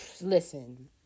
Listen